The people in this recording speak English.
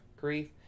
grief